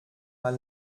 mal